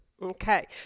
Okay